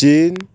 ଚୀନ